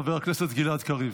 חבר הכנסת גלעד קריב.